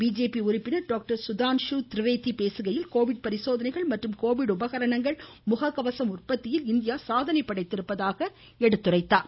BJP உறுப்பினர் doctor Sudhanshu Trivedi பேசுகையில் Covid பரிசோதனைகள் மற்றும் கோவிட் உபகரணங்கள் முக கவசம் உற்பத்தியில் இந்தியா சாதனை படைத்திருப்பதாக எடுத்துரைத்தார்